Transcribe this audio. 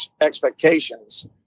expectations